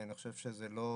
אני חושב שזה לא